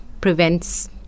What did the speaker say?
prevents